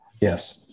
yes